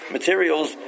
materials